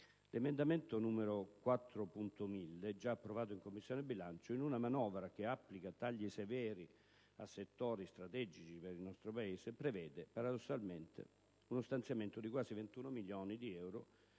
L'emendamento 4.1000, già approvato in Commissione bilancio, inserito in una manovra che applica tagli severi a settori strategici per il nostro Paese, prevede, paradossalmente, uno stanziamento di quasi 21 milioni di euro